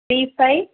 three five